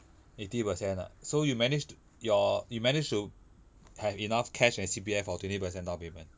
eighty percent ah so you managed your you managed to have enough cash and C_P_F for twenty percent downpayment